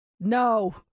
No